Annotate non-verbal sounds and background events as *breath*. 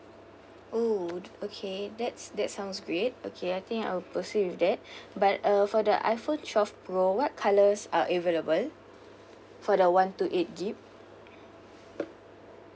oh okay that's that sounds great okay I think I will proceed with that *breath* but uh for the iphone twelve pro what colours are available for the one two eight gig